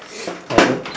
hello